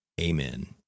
Amen